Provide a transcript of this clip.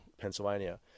Pennsylvania